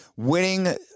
Winning